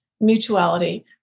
mutuality